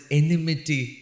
enmity